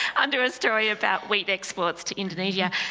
under a story about wheat exports to indonesia.